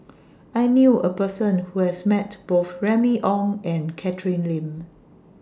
I knew A Person Who has Met Both Remy Ong and Catherine Lim